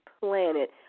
planet